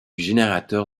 générateur